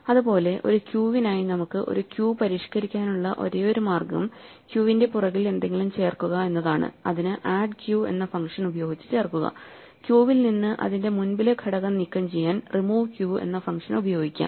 അതുപോലെ ഒരു ക്യൂവിനായി നമുക്ക് ഒരു ക്യൂ പരിഷ്ക്കരിക്കാനുള്ള ഒരേയൊരു മാർഗ്ഗം ക്യൂവിന്റെ പുറകിൽ എന്തെങ്കിലും ചേർക്കുക എന്നതാണ് അതിനു ആഡ് q എന്ന ഫംഗ്ഷൻ ഉപയോഗിച്ച് ചേർക്കുക ക്യൂവിൽ നിന്ന് അതിന്റെ മുൻപിലെ ഘടകം നീക്കം ചെയ്യാൻ റിമൂവ് q എന്ന ഫംഗ്ഷൻ ഉപയോഗിക്കാം